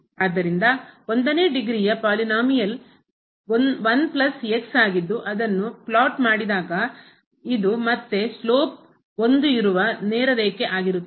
ಆದ್ದರಿಂದ ಒಂದನೇ ಡಿಗ್ರಿಯ ಪದವಿ ಪಾಲಿನೋಮಿಯಲ್ ಬಹುಪದವು ಆಗಿದ್ದು ಅದನ್ನ ಫ್ಲಾಟ್ ಮಾಡಿದಾಗ ಫ್ಲಾಟ್ ಮಾಡಿದರೆ ಇದು ಮತ್ತೆ ಸ್ಲೋಪ್ 1 ಇಳಿಜಾರಿನ 1 ಇರುವ ನೇರ ರೇಖೆ ಆಗಿರುತ್ತದೆ